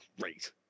great